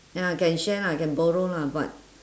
ya can share lah I can borrow lah but